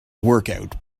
workout